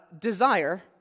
Desire